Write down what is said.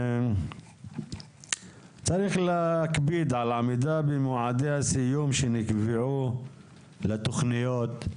צריך להקפיד על עמידה במועדי הסיום שנקבעו לתוכניות.